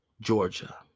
Georgia